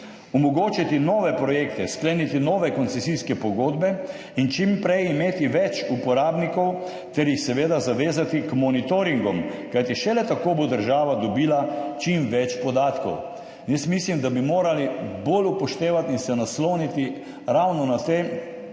Omogočiti nove projekte, skleniti nove koncesijske pogodbe in čim prej imeti več uporabnikov ter jih seveda zavezati k monitoringom. Kajti šele tako bo država dobila čim več podatkov. Mislim, da bi morali bolj upoštevati in se nasloniti ravno na te uporabniške